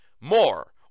more